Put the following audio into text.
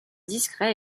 discret